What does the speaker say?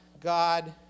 God